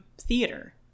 theater